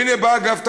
הנה בא אגף תקציבים,